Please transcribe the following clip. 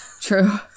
True